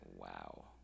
Wow